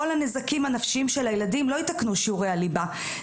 כל הנזקים הנפשיים של הילדים לא יתקנו שעורי הליבה,